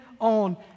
on